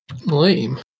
Lame